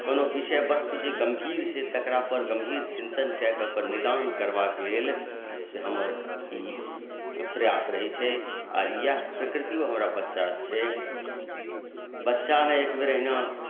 कोनो विषयवस्तु जे गम्भीर छै तकरापर गम्भीर चिन्तन कए कऽ ओकर निदान करबाक लेल से हमर ई प्रयास रहैत छै आ इएह प्रकृतियो हमरा बच्चासँ छै बच्चामे एक बेर एहिना